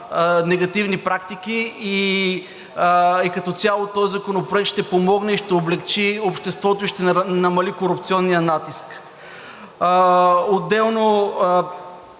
негативни практики и като цяло този законопроект ще помогне и ще облекчи обществото и ще намали корупционния натиск. Отделно